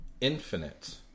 Infinite